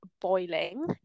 boiling